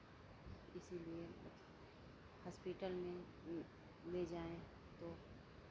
इसीलिए हॉस्पिटल में ले जाए तो